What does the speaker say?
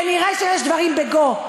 נראה שיש דברים בגו.